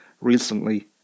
recently